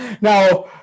Now